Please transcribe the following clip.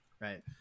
Right